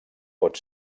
pot